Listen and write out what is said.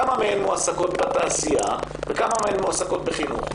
כמה מהן מועסקות בתעשייה וכמה בחינוך.